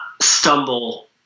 stumble